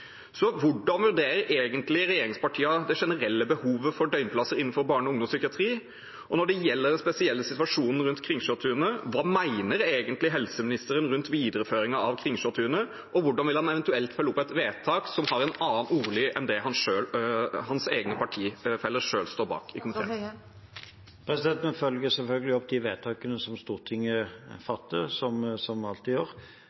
Hvordan vurderer egentlig regjeringspartiene det generelle behovet for døgnplasser innenfor barne- og ungdomspsykiatri? Når det gjelder den spesielle situasjonen rundt Kringsjåtunet, hva mener egentlig helseministeren rundt videreføringen av det, og hvordan vil han eventuelt følge opp et vedtak som har en annen ordlyd enn det hans egne partifeller selv står bak i komiteen? Vi følger selvfølgelig opp de vedtakene som Stortinget fatter, som vi alltid gjør.